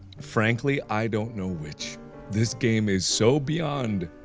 frankly, i don't know which this game is so beyond.